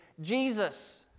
Jesus